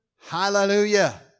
Hallelujah